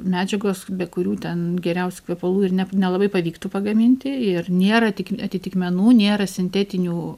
medžiagos be kurių ten geriausių kvepalų ir ne nelabai pavyktų pagaminti ir nėra tik atitikmenų nėra sintetinių